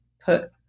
put